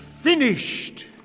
finished